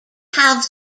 have